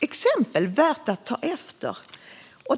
exempel värt att ta efter.